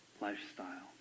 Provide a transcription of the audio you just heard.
lifestyle